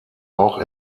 auch